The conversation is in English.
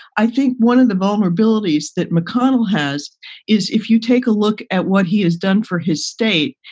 i think one of the vulnerabilities that mcconnell has is if you take a look at what he has done for his state,